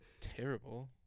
terrible